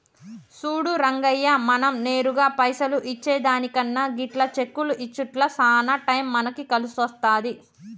సూడు రంగయ్య మనం నేరుగా పైసలు ఇచ్చే దానికన్నా గిట్ల చెక్కులు ఇచ్చుట్ల సాన టైం మనకి కలిసొస్తాది